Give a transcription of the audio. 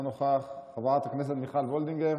אינו נוכח, חברת הכנסת מיכל וולדיגר,